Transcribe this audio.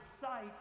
sight